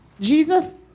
Jesus